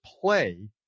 play